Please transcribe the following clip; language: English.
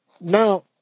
Now